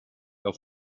auf